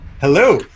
Hello